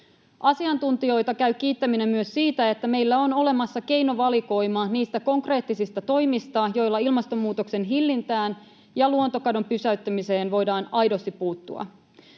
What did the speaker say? Asiantuntijoita käy kiittäminen myös siitä, että meillä on olemassa keinovalikoima niistä konkreettisista toimista, joilla ilmastonmuutoksen hillintään ja luontokadon pysäyttämiseen voidaan aidosti puuttua.